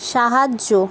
সাহায্য